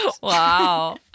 Wow